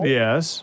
yes